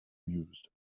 mused